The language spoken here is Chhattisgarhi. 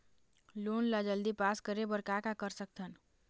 लोन ला जल्दी पास करे बर का कर सकथन?